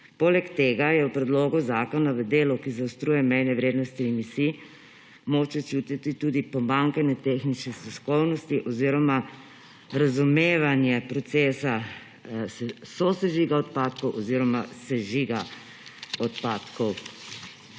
Poleg tega je v predlogu zakona v delu, ki zaostruje mejne vrednosti emisij, moč čutiti tudi pomanjkanje tehnične strokovnosti oziroma razumevanje procesa sosežiga odpadkov oziroma sežiga odpadkov.